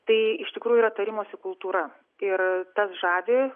tai iš tikrųjų yra tarimosi kultūra ir tas žavi